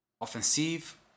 Offensive